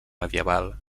medieval